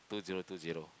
two zero two zero